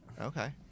Okay